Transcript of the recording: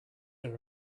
are